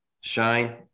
shine